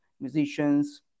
musicians